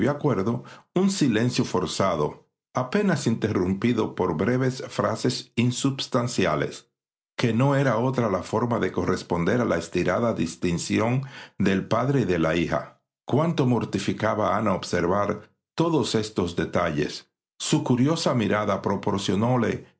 un silencio forzado apenas interrumpido por breves frases insubstanciales que no era otra la forma de corresponder a la estirada distinción del padre y de la hija cuánto mortificaba a ana observar todos estos detalles su curiosa mirada proporcionóle